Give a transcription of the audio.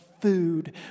food